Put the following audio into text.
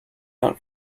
out